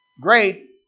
Great